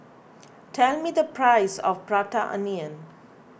tell me the price of Prata Onion